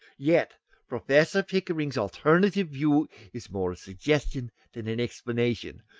yet professor pickering's alternative view is more a suggestion than an explanation,